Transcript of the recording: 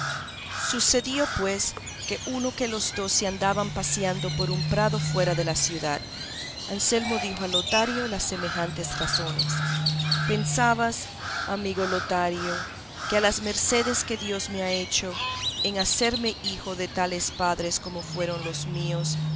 sucedió pues que uno que los dos se andaban paseando por un prado fuera de la ciudad anselmo dijo a lotario las semejantes razones pensabas amigo lotario que a las mercedes que dios me ha hecho en hacerme hijo de tales padres como fueron los míos